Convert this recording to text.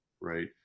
right